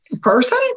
person